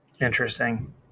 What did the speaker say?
Interesting